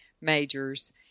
majors